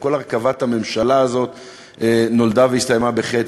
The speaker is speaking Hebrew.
וכל הרכבת הממשלה הזאת נולדה והסתיימה בחטא,